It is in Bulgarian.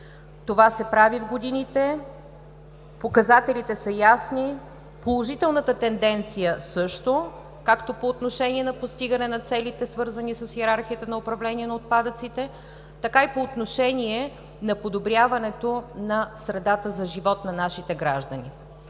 се прави в годините. Показателите са ясни, положителната тенденция – също, както по отношение на постигане на целите, свързани с йерархията на управление на отпадъците, така и по отношение на подобряването на средата за живот на нашите граждани.